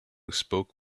spoke